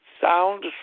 sound